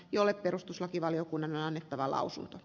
jolle perustuslakivaliokunnan annettava lausunto j